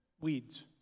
Weeds